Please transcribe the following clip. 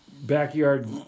backyard